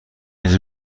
اینجا